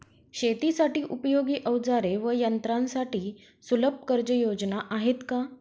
शेतीसाठी उपयोगी औजारे व यंत्रासाठी सुलभ कर्जयोजना आहेत का?